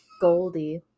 Goldie